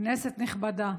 כנסת נכבדה,